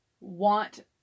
want